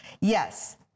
Yes